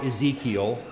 Ezekiel